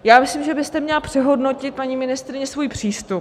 Já myslím, že byste měla přehodnotit, paní ministryně, svůj přístup.